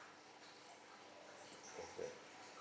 okay